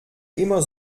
immer